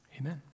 amen